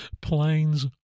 planes